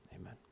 amen